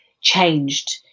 changed